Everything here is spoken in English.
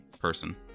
person